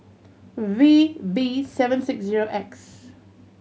V B seven six zero X